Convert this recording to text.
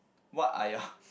what are your